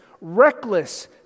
reckless